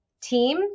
team